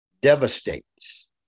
devastates